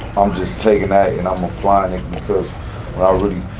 i'm just taking that and i'm applying it because when i really,